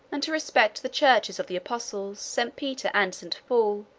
and to respect the churches of the apostles, st. peter and st. paul,